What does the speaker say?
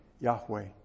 Yahweh